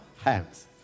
hands